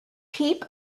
peep